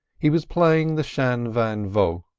he was playing the shan van vaught,